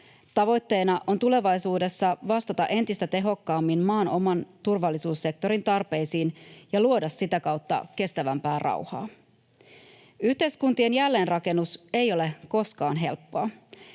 Tavoitteena on tulevaisuudessa vastata entistä tehokkaammin maan oman turvallisuussektorin tarpeisiin ja luoda sitä kautta kestävämpää rauhaa. Yhteiskuntien jälleenrakennus ei ole koskaan helppoa.